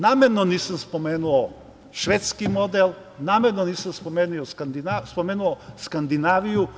Namerno nisam spomenuo švedski model, namerno nisam spomenuo Skandinaviju.